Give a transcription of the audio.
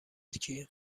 کیه